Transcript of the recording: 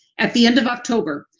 at the end of october,